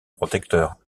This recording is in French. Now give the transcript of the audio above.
protecteur